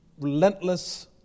relentless